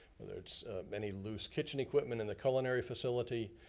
whether it's any loose kitchen equipment in the culinary facility,